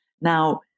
Now